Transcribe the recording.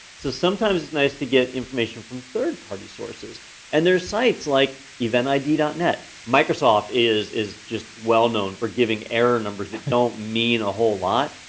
so sometimes, it's nice to get information from third party sources and there's sites like eventid net. microsoft is is just well-known for giving error numbers that don't mean a whole lot.